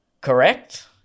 correct